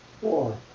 Four